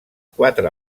quatre